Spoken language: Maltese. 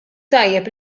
tajjeb